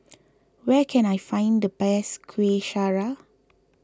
where can I find the best Kuih Syara